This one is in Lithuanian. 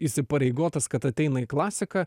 įsipareigotas kad ateina į klasiką